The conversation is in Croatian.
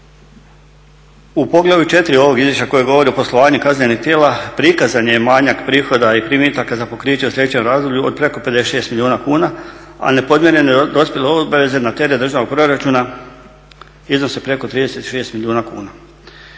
U poglavlju 4 ovog izvješća koje govori o poslovanju kaznenih tijela prikazan je manjak prihoda i primitaka za pokriće u sljedećem razdoblju od preko 56 milijuna kuna, a nepodmirene dospjele obveze na teret državnog proračuna iznose preko 36 milijuna kuna